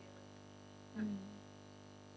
mm